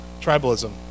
tribalism